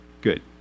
Good